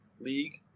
league